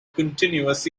continuous